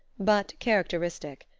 but characteristic.